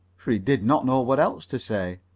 for he did not know what else to say.